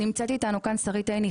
נמצאת איתנו כאן שרית עיני,